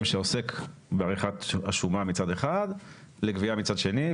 שעוסק בעריכת השומה מצד אחד לגבייה מצד שני,